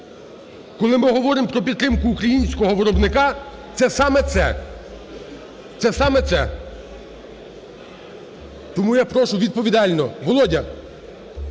коли ми говоримо про підтримку українського виробника, це саме це. Це самеце. Тому я прошу відповідально, Володя,